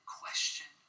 question